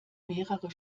mehrere